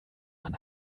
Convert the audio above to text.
man